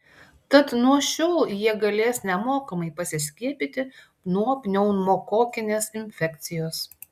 tad nuo šiol jie galės nemokamai pasiskiepyti nuo pneumokokinės infekcijos